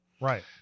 right